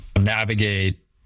navigate